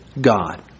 God